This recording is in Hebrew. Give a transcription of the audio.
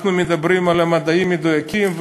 אנחנו מדברים על מדעים מדויקים,